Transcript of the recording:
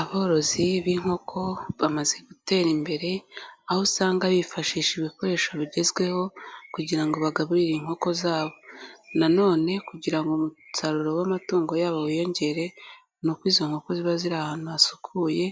Aborozi b'inkoko bamaze gutera imbere, aho usanga bifashisha ibikoresho bigezweho kugira ngo bagaburire inkoko zabo. Nanone kugira ngo umusaruro w'amatungo yabo wiyongere, ni uko izo nkoko ziba ziri ahantu hasukuye